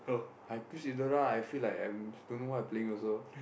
I use Eudora I feel like I don't know what I playing also